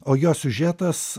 o jo siužetas